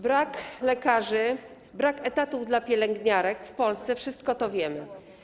Brak lekarzy, brak etatów dla pielęgniarek w Polsce - o tym wszystkim wiemy.